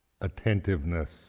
attentiveness